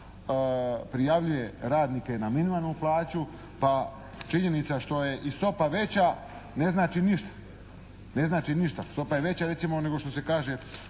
prijavljuje radnike na minimalnu plaću pa činjenica što je i stopa veća ne znači ništa. Ne znači ništa. Stopa je veća recimo nego što se kaže